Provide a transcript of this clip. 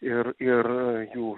ir ir jų